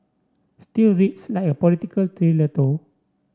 still reads like a political thriller though